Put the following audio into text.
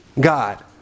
God